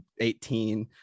18